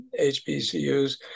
HBCUs